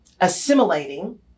assimilating